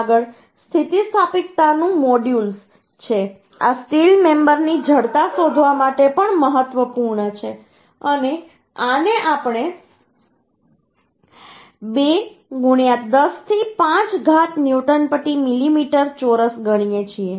આગળ સ્થિતિસ્થાપકતાનું મોડ્યુલસ છે આ સ્ટીલ મેમબરની જડતા શોધવા માટે પણ મહત્વપૂર્ણ છે અને આને આપણે 2 10 થી 5 ઘાત ન્યૂટન પ્રતિ મિલીમીટર ચોરસ ગણીએ છીએ